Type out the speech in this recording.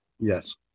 yes